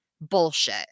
Bullshit